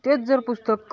तेच जर पुस्तक